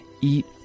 Eat